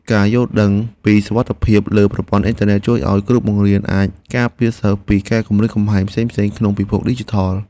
ការយល់ដឹងពីសុវត្ថិភាពលើប្រព័ន្ធអ៊ីនធឺណិតជួយឱ្យគ្រូបង្រៀនអាចការពារសិស្សពីការគំរាមកំហែងផ្សេងៗក្នុងពិភពឌីជីថល។